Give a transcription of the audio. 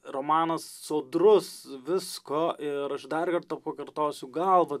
romanas sodrus visko ir aš dar kartą pakartosiu gal va